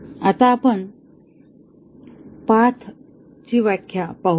आता आपण पाथ ची व्याख्या पाहूया